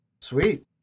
Sweet